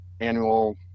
annual